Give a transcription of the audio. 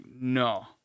no